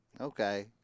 Okay